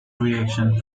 reaction